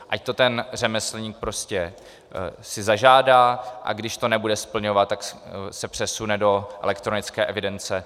Ať si ten řemeslník prostě zažádá, a když to nebude splňovat, tak se přesune do elektronické evidence.